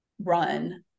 run